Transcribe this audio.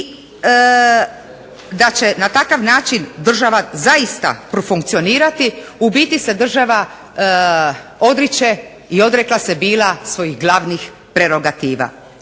i da će na takav način država zaista profunkcionirati u biti se država odriče i odrekla se bila svojih glavnih prerogativa.